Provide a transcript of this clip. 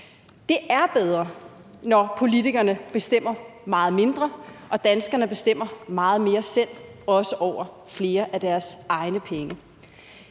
Det er bedre, når politikerne bestemmer meget mindre og danskerne bestemmer meget mere selv, også over flere af deres egne penge.